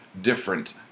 different